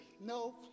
no